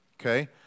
okay